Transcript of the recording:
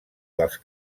dels